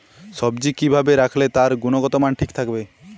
সবজি কি ভাবে রাখলে তার গুনগতমান ঠিক থাকবে?